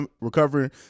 recovering